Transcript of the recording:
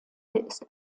ist